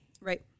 Right